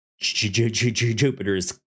Jupiter's